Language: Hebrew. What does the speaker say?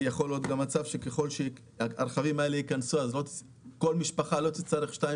יכול להיות גם מצב שככל שהרכבים האלה ייכנסו אז כל משפחה לא תצטרך כמה